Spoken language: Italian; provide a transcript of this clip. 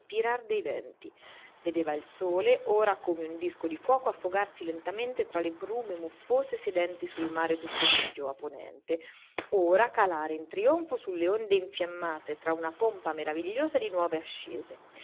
spirare dei venti vedeva il sole ora come un disco di fuoco affogarsi lentamente tra le brume muffose sedenti sul mare tutto grigio a ponente ora calare in trionfo su le onde infiammate tra una pompa meravigliosa di nuvole accese